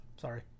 Sorry